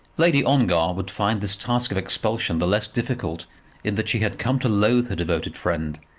lady ongar would find this task of expulsion the less difficult in that she had come to loathe her devoted friend,